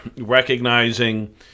recognizing